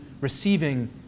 receiving